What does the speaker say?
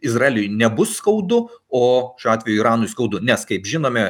izraeliui nebus skaudu o šiuo atveju iranui skaudu nes kaip žinome